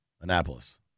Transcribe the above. Annapolis